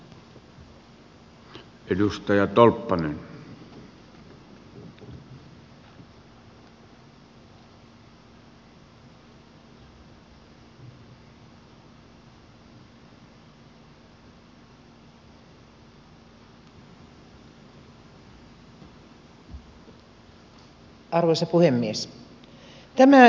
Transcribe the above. arvoisa puhemies